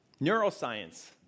Neuroscience